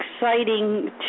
exciting